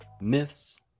Myths